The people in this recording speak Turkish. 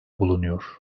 bulunuyor